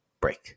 break